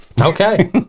Okay